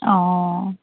অঁ